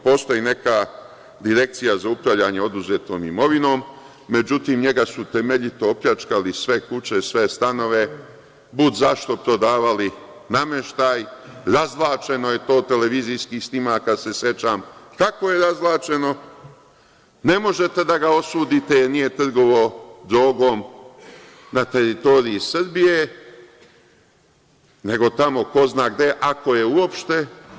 Postoji neka Direkcija za upravljanje oduzetom imovinom, međutim, njega su temeljito opljačkali, sve kuće, sve stanove, bud zašto prodavali nameštaj, razvlačeno je to, sećam se TV snimaka kako je razvlačeno, ne možete da ga osudite, jer nije trgovao drogom na teritoriji Srbije, nego tamo ko zna gde, ako je uopšte.